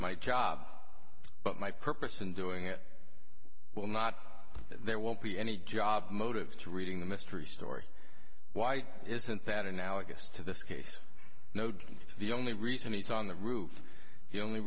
my job but my purpose in doing it well not there won't be any job motives to reading the mystery story why isn't that analogous to this case no doubt the only reason he's on the roof you only